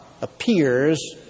appears